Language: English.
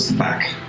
back.